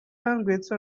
language